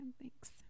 Thanks